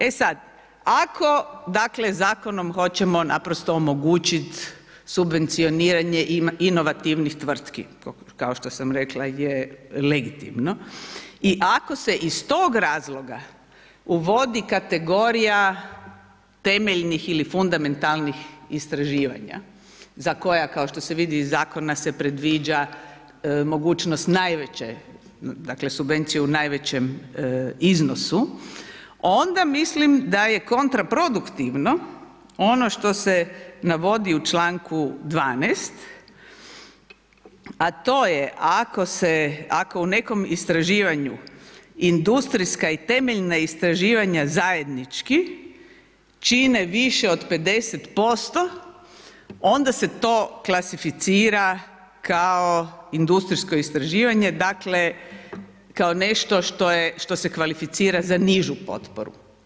E sad, ako dakle zakonom hoćemo naprosto omogućiti subvencioniranje inovativnih tvrtki, kao što sam rekla je legitimno, i ako se iz tog razloga uvodi kategorija temeljnih ili fundamentalnih istraživanja za koja kao što se vidi iz zakona se predviđa mogućnost najveće subvencije u najvećem iznosu, onda mislim da je kontraproduktivno ono što se navodi u članku 12. a to je ako u nekom istraživanju industrijska i temeljna istraživanja zajednički čine više od 50%, onda se to klasificira kao industrijsko istraživanje dakle kao nešto što se kvalificira za nižu potporu.